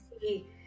see